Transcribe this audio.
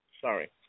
Sorry